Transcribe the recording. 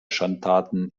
schandtaten